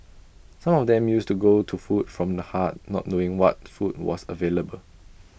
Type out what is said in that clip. some of them used to go to food from the heart not knowing what food was available